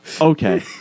Okay